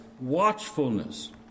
watchfulness